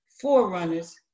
forerunners